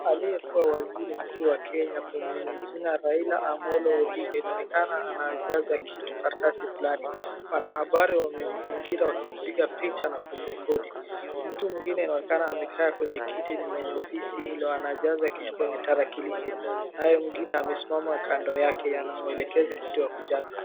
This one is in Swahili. Aliyekuwa waziri mkuu wa Kenya ,kwa mwenye jina Raila Amollo Odinga, inonekana anajaza kitu karatasi fulani. Wanahabari wamemzingira wakimpiga picha na kumrekodi. Mtu mwingine inaonekana amekaa kwenye kitu ni mwenye ofisi hilo, anajaza kitu kwenye tarakilishi naye mwingine amesimama kando yake, anamuelekeza kitu ya kujaza.